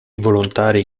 volontari